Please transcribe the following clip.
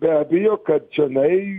be abejo kad čionai